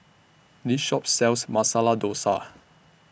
This Shop sells Masala Dosa